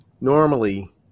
normally